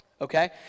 okay